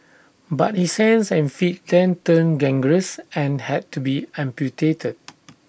but his hands and feet then turned gangrenous and had to be amputated